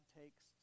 takes